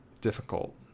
difficult